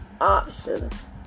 options